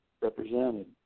represented